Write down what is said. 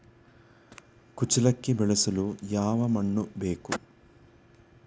ಕುಚ್ಚಲಕ್ಕಿ ಬೆಳೆಸಲು ಯಾವ ಮಣ್ಣು ಬೇಕು?